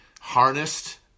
harnessed